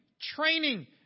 training